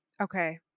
Okay